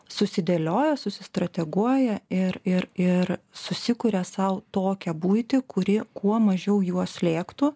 susidėlioja susistrateguoja ir ir ir susikuria sau tokią buitį kuri kuo mažiau juos slėgtų